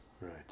Right